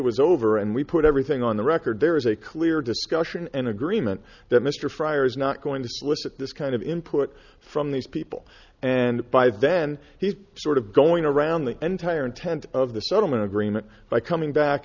was over and we put everything on the record there is a clear discussion and agreement that mr fryer is not going to solicit this kind of input from these people and by then he's sort of going around the entire intent of the settlement agreement by coming back